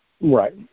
Right